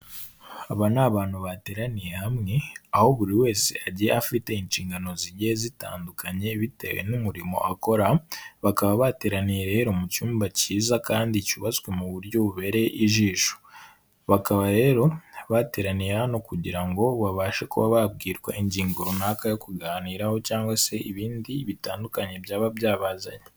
Aba ni abantu bateraniye hamwe aho buri wese agiye afite inshingano zigiye zitandukanye bitewe n'umurimo akora. Bakaba bateraniye rero mu cyumba cyiza kandi cyubatswe mu buryo bubereye ijisho. Bakaba rero bateraniye hano kugira ngo babashe kuba babwirwa ingingo runaka yo kuganiraho, cyangwa se ibindi bitandukanye byaba byabazanye.